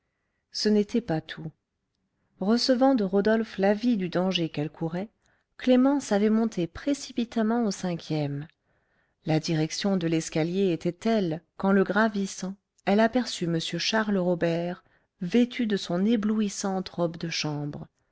ce n'était pas tout recevant de rodolphe l'avis du danger qu'elle courait clémence avait monté précipitamment au cinquième la direction de l'escalier était telle qu'en le gravissant elle aperçut m charles robert vêtu de son éblouissante robe de chambre